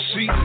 See